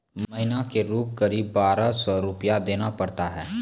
महीना के रूप क़रीब बारह सौ रु देना पड़ता है?